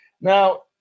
now